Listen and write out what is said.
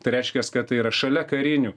tai reiškias kad tai yra šalia karinių